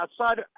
outside